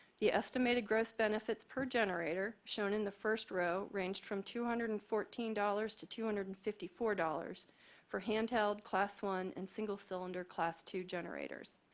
the estimated gross benefits per generator shown in the first row ranged from the two hundred and fourteen dollars to two hundred and fifty four dollars for handheld, class one and single cylinder class two generators.